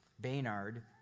Baynard